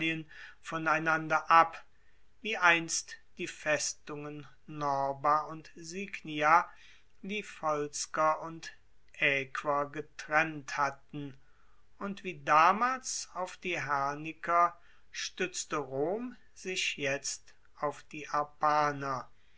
voneinander ab wie einst die festungen norba und signia die volsker und aequer getrennt hatten und wie damals auf die herniker stuetzte rom sich jetzt auf die